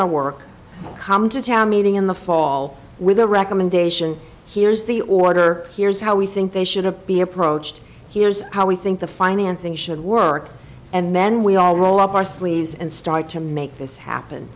our work come to town meeting in the fall with a recommendation here's the order here's how we think they should appear pro choice here's how we think the financing should work and men we all roll up our sleeves and start to make this happen